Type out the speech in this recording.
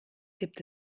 gibt